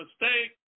mistake